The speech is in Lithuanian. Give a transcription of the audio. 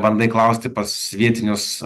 bandai klausti pas vietinius